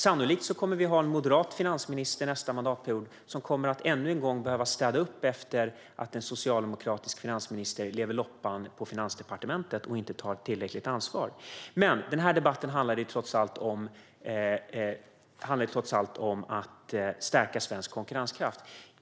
Sannolikt kommer det att vara en moderat finansminister nästa mandatperiod, som ännu en gång kommer att behöva städa upp efter att en socialdemokratisk finansminister levt loppan på Finansdepartementet och inte tagit tillräckligt ansvar. Men den här debatten handlar trots allt om att stärka svensk konkurrenskraft.